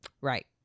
Right